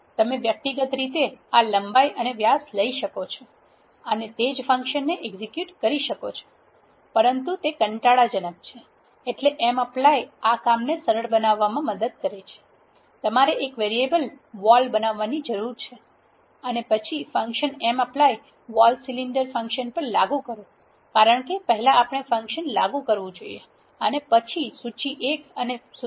તમે વ્યક્તિગત રીતે આ લંબાઈ અને વ્યાસ લઈ શકો છો અને તે જ ફંકશનને એક્ઝિક્યુટ કરી શકો છો પરંતુ તે કંટાળાજનક છે એટલે mapply આ કામને સરળ બનાવવા માટે મદદ કરે છે તમારે એક વેરીએબલ વોલ બનાવવાની જરૂર છે અને પછી function mapply vol cylinder function પર લાગુ કરો કારણ કે પહેલા આપણે ફંક્શન લાગુ કરવું જોઈએ અને પછી સૂચિ 1 અને 2 સૂચિ